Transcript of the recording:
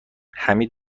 حمید